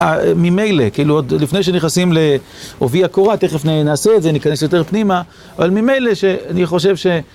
ממילא, כאילו עוד לפני שנכנסים לעובי קורא, תכף נעשה את זה, ניכנס יותר פנימה אבל ממילא שאני חושב ש...